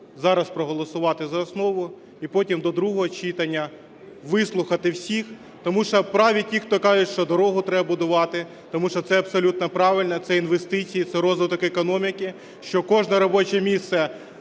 зараз проголосувати за основу і потім до другого читання вислухати всіх. Тому що праві ті, хто кажуть, що дорогу треба будувати, тому що це абсолютно правильно, це інвестиції, це розвиток економіки, що кожне робоче місце,